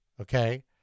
Okay